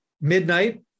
midnight